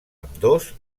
ambdós